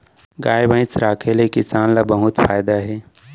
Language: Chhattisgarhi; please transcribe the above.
गाय भईंस राखे ले किसान ल बहुत फायदा हे